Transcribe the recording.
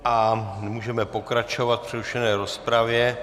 A můžeme pokračovat v přerušené rozpravě.